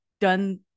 done